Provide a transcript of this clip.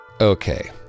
Okay